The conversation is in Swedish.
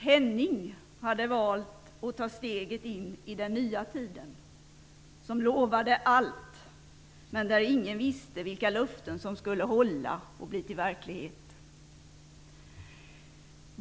Henning hade valt att ta steget in i den nya tiden, som lovade allt, men där ingen visste vilka löften som skulle hålla och bli till verklighet.